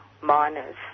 miners